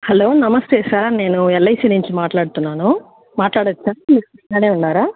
hello నమస్తే sir నేను LIC నుంచి మాట్లాడుతున్నాను మాట్లాడవచ్చా ఫ్రీ గానే ఉన్నారా